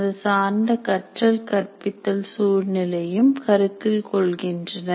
அது சார்ந்த கற்றல் கற்பித்தல் சூழ்நிலையும் கருத்தில் கொள்கின்றனர்